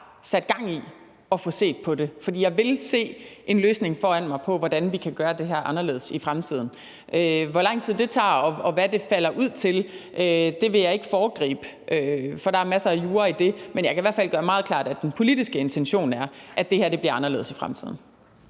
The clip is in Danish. sat gang i at få set på det, for jeg vil se en løsning foran mig på, hvordan vi kan gøre det her anderledes i fremtiden. Hvor lang tid det tager, og hvad det falder ud til, vil jeg ikke foregribe, for der er masser af jura i det, men jeg kan i hvert fald gøre meget klart, at den politiske intention er, at det her bliver anderledes i fremtiden.